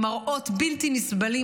עם מראות בלתי נסבלים,